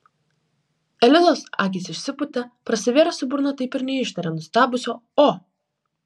elizos akys išsipūtė prasivėrusi burna taip ir neištarė nustebusio o